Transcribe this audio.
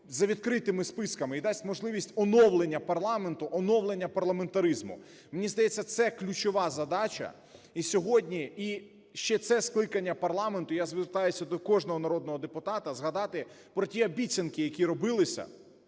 за відкритими списками і дасть можливість оновлення парламенту, оновлення парламентаризму. Мені здається, це ключова задача, і сьогодні, і ще це скликання парламенту, я звертаюся до кожного народного депутата, згадати про ті обіцянки, які робилися,